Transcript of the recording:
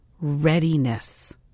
readiness